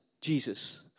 Jesus